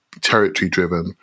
territory-driven